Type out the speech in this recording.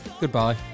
Goodbye